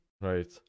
right